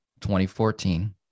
2014